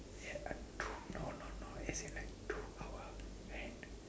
yes uh two no no no as in like two hour and